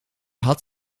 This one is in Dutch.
had